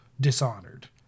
dishonored